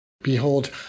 Behold